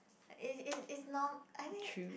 it's its' its' norm~ I think